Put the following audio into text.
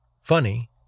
funny